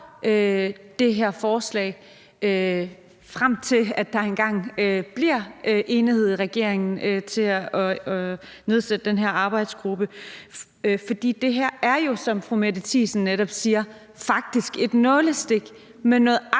det her forslag, indtil der engang bliver enighed i regeringen om at nedsætte den her arbejdsgruppe. For det her er jo, som fru Mette Thiesen netop siger, faktisk et nålestik med noget aktivt,